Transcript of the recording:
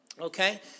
Okay